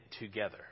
together